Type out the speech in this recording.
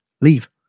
leave